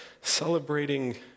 celebrating